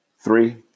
Three